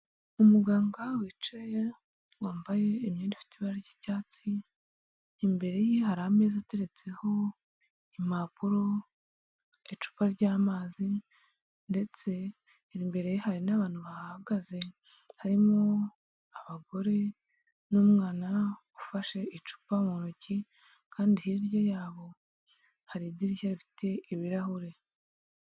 Umuganga wicaye wambaye imyenda ifite ibara ry'icyatsi, imbere ye hari ameza ateretseho: impapuro, icupa ryamazi, ndetse imbere ye hari n'abantu bahahagaze harimo abagore n'umwana ufashe icupa mu ntoki, kandi hirya yabo hari idirishya rifite ibirahure.